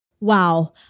Wow